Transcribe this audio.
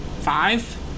five